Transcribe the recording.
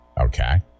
Okay